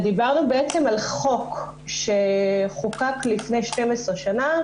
דיברנו על חוק שחוקק לפני 12 שנה,